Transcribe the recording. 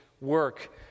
work